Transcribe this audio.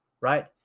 right